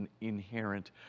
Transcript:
inherent